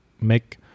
make